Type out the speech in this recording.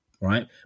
right